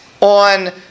on